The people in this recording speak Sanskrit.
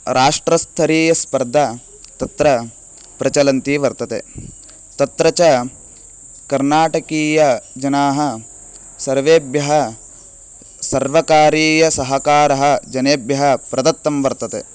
राष्ट्रस्तरीयस्पर्धा तत्र प्रचलन्ती वर्तते तत्र च कर्नाटकीयजनाः सर्वेभ्यः सर्वकारीयसहकारः जनेभ्यः प्रदत्तं वर्तते